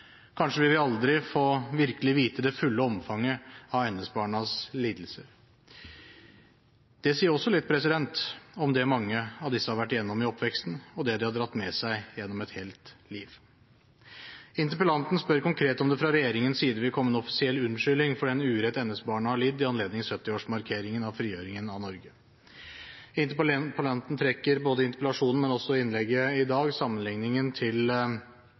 Kanskje vil vi aldri virkelig få vite det fulle omfanget av NS-barnas lidelser. Det sier også litt om det mange av disse har vært igjennom i oppveksten, og det de har dradd med seg gjennom et helt liv. Interpellanten spør konkret om det fra regjeringens side vil komme en offisiell unnskyldning for den urett NS-barna har lidd i anledning 70-årsmarkeringen av frigjøringen av Norge. Interpellanten trekker både i interpellasjonen og også i innlegget i dag